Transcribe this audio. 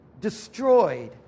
destroyed